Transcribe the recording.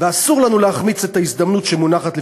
ואסור לנו להחמיץ את ההזדמנות שמונחת לפתחנו.